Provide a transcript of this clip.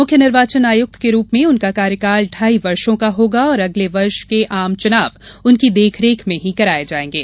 मुख्य निर्वाचन आयुक्त के रूप में उनका कार्यकाल ढाई वर्षो का होगा और अगले वर्ष के आम चुनाव उनकी देखरेख में ही कराए जाएंगे